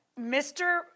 Mr